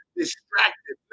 distracted